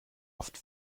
oft